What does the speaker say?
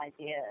idea